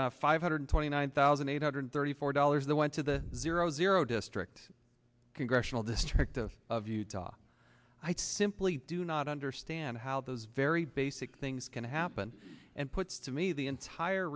a five hundred twenty nine thousand eight hundred thirty four dollars that went to the zero zero district congressional district of of utah i simply do not understand how those very basic things can happen and puts to me the entire